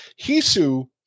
Hisu